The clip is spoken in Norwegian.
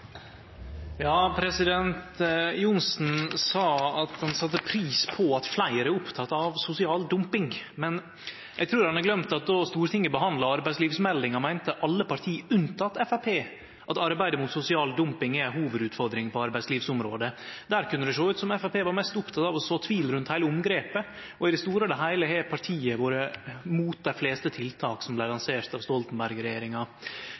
av sosial dumping. Men eg trur han har gløymt at då Stortinget behandla arbeidslivsmeldinga, meinte alle parti, unnateke Framstegspartiet, at arbeidet mot sosial dumping er ei hovudutfordring på arbeidslivsområdet. Der kunne det sjå ut som Framstegspartiet var mest oppteke av å så tvil rundt heile omgrepet, og i det store og heile har partiet vore imot dei fleste tiltaka som